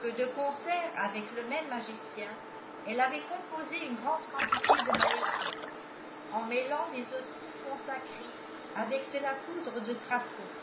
que de concert avec le même magicien elle avait composé une grande quantité de maléfices en mêlant des hosties consacrées avec de la poudre de crajmiuds